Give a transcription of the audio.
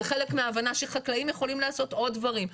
כחלק מההבנה שחקלאים יכולים לעשות עוד דברים.